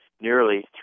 nearly